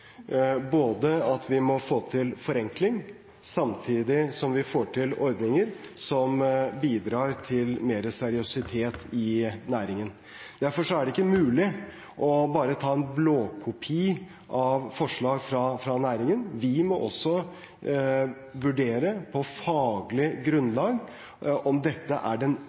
vi må få til forenkling, samtidig som vi får til ordninger som bidrar til mer seriøsitet i næringen. Derfor er det ikke mulig bare å ta en blåkopi av forslag fra næringen. Vi må også vurdere på faglig grunnlag om dette er den